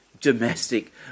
domestic